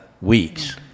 weeks